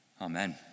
Amen